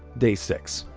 day six.